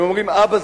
הם אומרים: אבא,